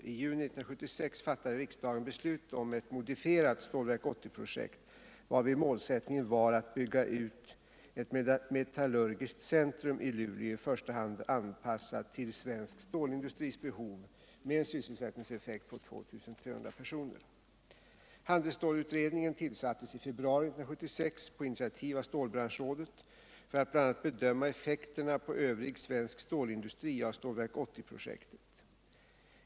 I juni 1976 fattade riksdagen beslut om ett modifierat Stålverk 80-projekt, varvid målsättningen var att bygga ut ett metallurgiskt centrum i Luleå, i första hand anpassat till svensk stålindustris behov, med en sysselsättningseffekt på 2 300 personer. Handelsstålsutredningen tillsattes i februari 1976 på initiativ av stålbranschrådet för att bl.a. bedöma effekterna på övrig svensk stålindustri av Stålverk 80-projektet.